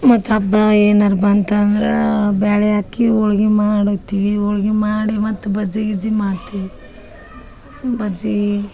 ಮತ್ತೆ ಹಬ್ಬ ಏನಾರು ಬಂತಂದ್ರಾ ಬ್ಯಾಳಿ ಹಾಕಿ ಹೋಳ್ಗಿ ಮಾಡತಿವಿ ಹೋಳ್ಗಿ ಮಾಡಿ ಮತ್ತೆ ಬಜ್ಜಿ ಗಿಜ್ಜಿ ಮಾಡ್ತಿವಿ ಬಜ್ಜಿ